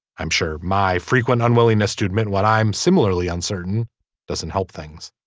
i'm sure my frequent unwillingness to admit what i'm similarly uncertain doesn't help things.